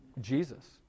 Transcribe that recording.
Jesus